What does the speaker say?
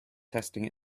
testing